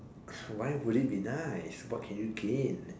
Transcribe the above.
why would it be nice what can you gain